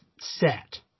set